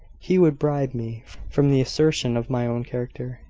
he would bribe me from the assertion of my own character,